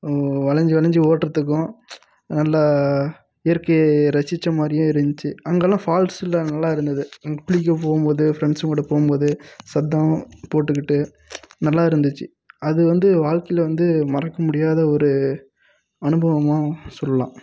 வளைஞ்சு வளைஞ்சு ஓட்டுறதுக்கும் நல்லா இயற்கை ரசிச்ச மாதிரியே இருந்துச்சி அங்கேல்லாம் ஃபால்ஸில் நல்லா இருந்தது அங்கே குளிக்க போம்போது ஃப்ரெண்ட்ஸு கூட போம்போது சத்தம் போட்டுக்கிட்டு நல்லா இருந்துச்சு அது வந்து வாழ்க்கையில் வந்து மறக்க முடியாத ஒரு அனுபவமாக சொல்லலாம்